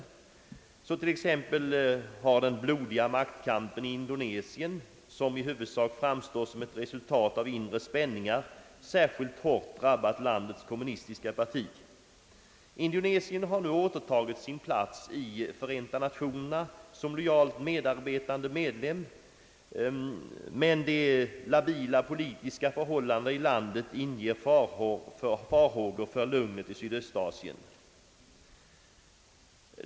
Så har t.ex. den blodiga maktkampen i Indonesien, vilken i huvudsak framstår som ett resultat av inre spänningar, särskilt hårt drabbat landets kommunistiska parti. Indonesien har nu återtagit sin plats i Förenta Nationerna såsom lojalt medarbetande medlem, men de labila politiska förhållandena i landet inger farhågor för lugnet i Sydöstasien.